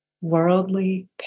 worldly